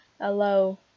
hello